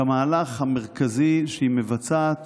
כמהלך המרכזי שהיא מבצעת